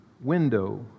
window